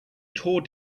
tore